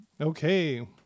Okay